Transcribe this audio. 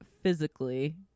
physically